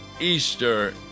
Easter